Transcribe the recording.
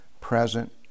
present